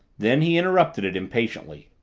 then he interrupted it impatiently.